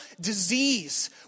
disease